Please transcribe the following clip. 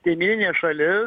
kaimyninė šalis